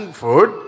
food